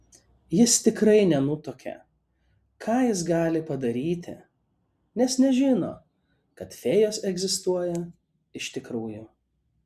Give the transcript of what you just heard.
jis tikrai nenutuokė ką jis gali padaryti nes nežino kad fėjos egzistuoja iš tikrųjų